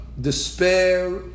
despair